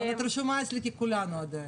נכון, את רשומה אצלי ככולנו עדיין.